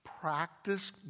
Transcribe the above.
Practice